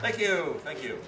thank you thank you